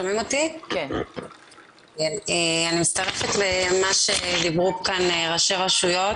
אני מצטרפת למה שדיברו כאן ראשי רשויות,